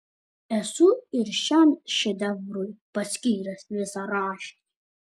esu ir šiam šedevrui paskyręs visą rašinį